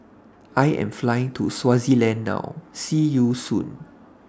I Am Flying to Swaziland now See YOU Soon